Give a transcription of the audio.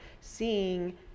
seeing